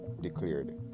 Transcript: declared